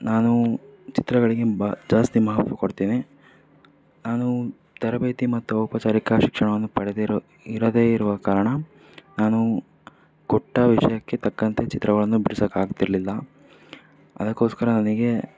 ನಾನು ಚಿತ್ರಗಳಿಗೆ ಬ ಜಾಸ್ತಿ ಮಹತ್ವ ಕೊಡ್ತೇನೆ ನಾನು ತರಬೇತಿ ಮತ್ತು ಔಪಚಾರಿಕ ಶಿಕ್ಷಣವನ್ನು ಪಡೆದಿರೋ ಇರದೇ ಇರುವ ಕಾರಣ ನಾನು ಕೊಟ್ಟ ವಿಷಯಕ್ಕೆ ತಕ್ಕಂತೆ ಚಿತ್ರಗಳನ್ನು ಬಿಡಿಸೋಕ್ಕಾಗ್ತಿರ್ಲಿಲ್ಲ ಅದಕ್ಕೋಸ್ಕರ ನನಗೆ